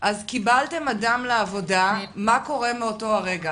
קיבלתם אדם לעבודה, מה קורה מאותו רגע?